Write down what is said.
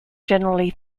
generally